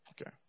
Okay